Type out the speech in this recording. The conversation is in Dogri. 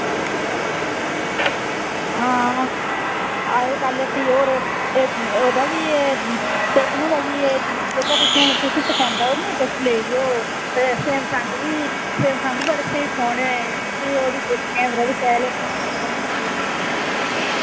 हां आएओ कल हट्टी और एह् ओह्दा बी ऐ टेक्नो दा बी ऐ जेह्का तुसें तुसें पसंद औग ना तुस लेई लैएओ सैमसंग बी सैमसंग बी बड़े स्हेई फोन ऐ ते फ्ही ओह्दे च कैमरा बी शैल ऐ